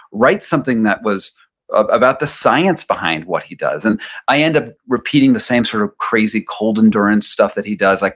write something that was about the science behind what he does. and i end up repeating the same sort of crazy cold endurance stuff that he does. like